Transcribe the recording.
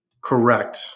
correct